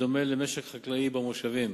בדומה למשק חקלאי במושבים.